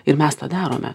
ir mes tą darome